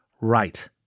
right